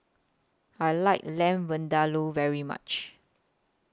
I like Lamb Vindaloo very much